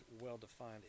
well-defined